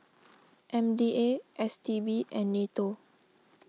M D A S T B and Nato